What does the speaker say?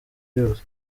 yose